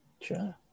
Sure